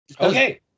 Okay